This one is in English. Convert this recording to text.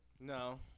No